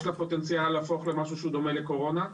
יש לה פוטנציאל להפוך למשהו דומה לקורונה,